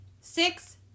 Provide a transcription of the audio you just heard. Six